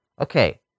okay